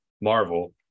Marvel